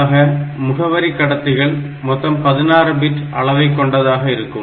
ஆக முகவரி கடத்திகள் மொத்தம் 16 பிட் அளவை கொண்டதாக இருக்கும்